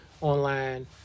online